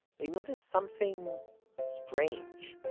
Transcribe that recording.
they noticed something strange.